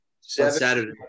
Saturday